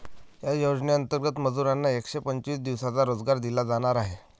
या योजनेंतर्गत मजुरांना एकशे पंचवीस दिवसांचा रोजगार दिला जाणार आहे